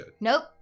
Nope